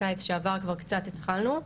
קיץ שעבר כבר קצת התחלנו.